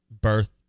birth